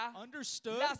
understood